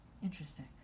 interesting